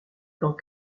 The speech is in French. quand